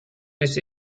this